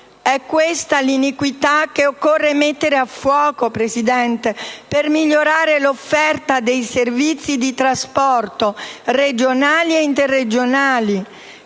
È questa l'iniquità che occorre mettere a fuoco, Presidente, per migliorare l'offerta dei servizi di trasporto regionali e interregionali.